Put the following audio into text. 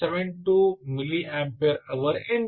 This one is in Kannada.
72 ಮಿಲಿಯಂಪೇರ್ ಅವರ್ ಎಂದಿರಲಿ